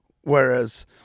Whereas